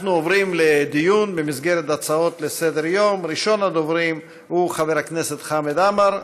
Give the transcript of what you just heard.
אנחנו עוברים לדיון במסגרת הצעות לסדר-היום שמספרן 7904,